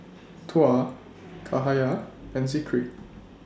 Tuah Cahaya and Zikri